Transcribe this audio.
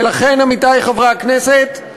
ולכן, עמיתי חברי הכנסת,